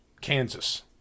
Kansas